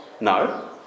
No